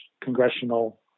congressional